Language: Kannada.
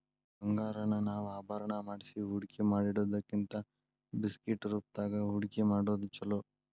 ಬಂಗಾರಾನ ನಾವ ಆಭರಣಾ ಮಾಡ್ಸಿ ಹೂಡ್ಕಿಮಾಡಿಡೊದಕ್ಕಿಂತಾ ಬಿಸ್ಕಿಟ್ ರೂಪ್ದಾಗ್ ಹೂಡ್ಕಿಮಾಡೊದ್ ಛೊಲೊ